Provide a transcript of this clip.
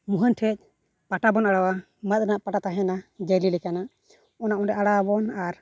ᱢᱩᱦᱟᱹᱱ ᱴᱷᱮᱱ ᱯᱟᱴᱟ ᱵᱚᱱ ᱟᱬᱟᱣᱟ ᱢᱟᱫ ᱨᱮᱱᱟᱜ ᱯᱟᱴᱟ ᱛᱟᱦᱮᱱᱟ ᱡᱟᱹᱞᱤ ᱞᱮᱠᱟᱱᱟᱜ ᱚᱱᱟ ᱚᱸᱰᱮ ᱟᱲᱟᱣᱟᱵᱚᱱ ᱟᱨ